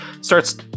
starts